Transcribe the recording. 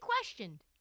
questioned